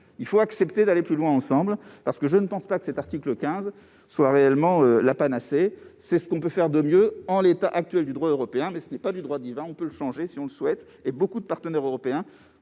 il faut accepter d'aller plus loin ensemble. Je ne pense pas que l'article 15 soit réellement la panacée, mais c'est ce qu'on peut faire de mieux en l'état actuel du droit européen. Ce dernier n'est pas un droit divin ; on peut le modifier si on le souhaite. Nombreux sont nos partenaires européens